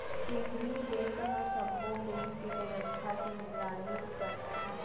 केंद्रीय बेंक ह सब्बो बेंक के बेवस्था के निगरानी करथे